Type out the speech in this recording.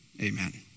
Amen